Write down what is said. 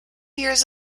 years